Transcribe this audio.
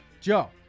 Joe